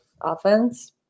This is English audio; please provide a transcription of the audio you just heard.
offense